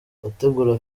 abategura